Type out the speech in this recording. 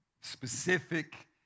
specific